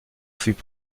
fut